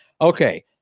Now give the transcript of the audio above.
Okay